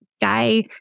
guy